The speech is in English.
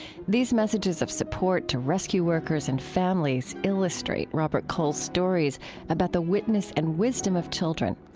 these messages of support to rescue workers and families illustrate robert cole's stories about the witness and wisdom of children.